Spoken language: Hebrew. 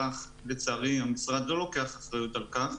לצערי המשרד לא לוקח אחריות על כך.